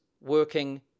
working